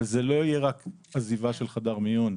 אבל זה לא יהיה רק עזיבה של חדר מיון.